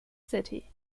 city